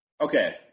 Okay